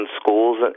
schools